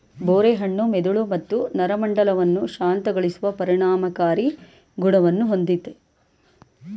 ಬೋರೆ ಹಣ್ಣು ಮೆದುಳು ಮತ್ತು ನರಮಂಡಲವನ್ನು ಶಾಂತಗೊಳಿಸುವ ಪರಿಣಾಮಕಾರಿ ಗುಣವನ್ನು ಹೊಂದಯ್ತೆ